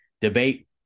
debate